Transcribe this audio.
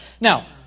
Now